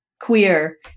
queer